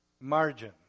Margin